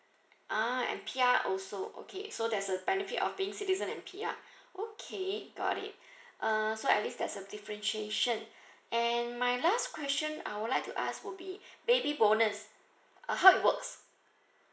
ah and P_R also okay so there's a benefit of being citizen and P_R okay got it uh so at least there's a differentiation and my last question I would like to ask would be baby bonus uh how it works